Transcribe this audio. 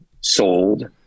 sold